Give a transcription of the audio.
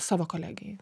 savo kolegei